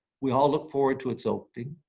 we all look forward to its opening.